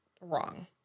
wrong